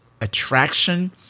attraction